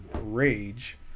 rage